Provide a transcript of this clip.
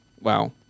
Wow